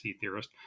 theorist